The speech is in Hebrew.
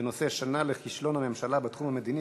בנושא: שנה לכישלון הממשלה בתחום המדיני,